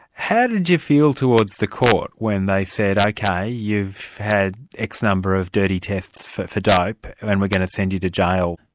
how did you feel towards the court when they said, ok, you've had x number of dirty tests for dope and we're going to send you to jail'?